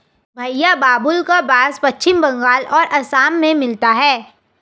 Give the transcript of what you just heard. भईया बाबुल्का बास पश्चिम बंगाल और असम में मिलता है